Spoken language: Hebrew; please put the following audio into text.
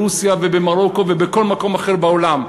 ברוסיה ובמרוקו ובכל מקום אחר בעולם.